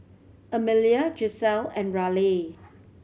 Amelia Giselle and Raleigh